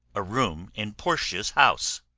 a room in portia's house